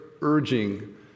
urging